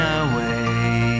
away